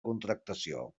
contractació